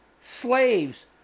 slaves